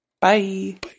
Bye